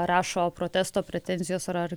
rašo protesto pretenzijos ar